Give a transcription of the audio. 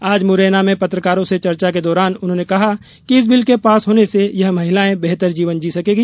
आज मुरैना में पत्रकारों से चर्चा के दौरान उन्होंने कहा कि इस बिल के पास होने से यह महिलायें बेहतर जीवन जी सकेगी